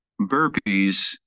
burpees